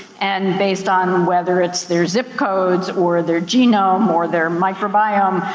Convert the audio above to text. and based on, whether it's their zip codes or their genome, or their microbiome,